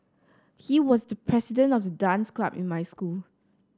he was the president of the dance club in my school